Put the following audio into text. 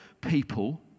people